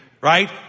Right